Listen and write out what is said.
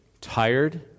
tired